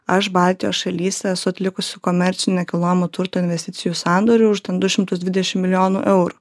aš baltijos šalyse esu atlikusi komercinio nekilnojamo turto investicijų sandorių už ten du šimtus dvidešimt milijonų eurų